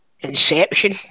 Inception